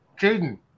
Jaden